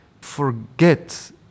forget